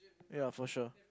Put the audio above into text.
ya for sure